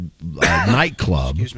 nightclub